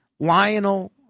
Lionel